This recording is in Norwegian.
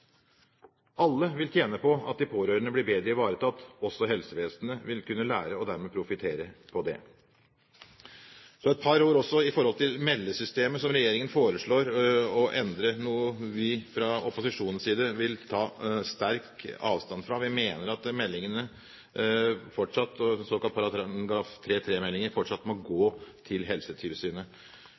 Alle vil tjene på at de pårørende blir bedre ivaretatt, også helsevesenet vil kunne lære og dermed profittere på det. Så et par ord når det gjelder meldesystemet som regjeringen foreslår å endre, noe vi fra opposisjonens side vil ta sterk avstand fra. Vi mener at meldingene – de såkalte § 3-3-meldingene – fortsatt må gå til Helsetilsynet.